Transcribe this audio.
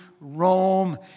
Rome